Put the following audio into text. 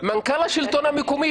מנכ"ל השלטון המקומי,